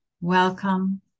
Welcome